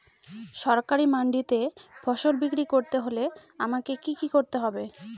সরকারি মান্ডিতে ফসল বিক্রি করতে হলে আমাকে কি কি করতে হবে?